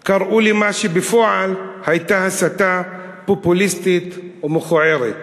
קראו למה שבפועל היה הסתה פופוליסטית ומכוערת.